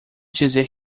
dizer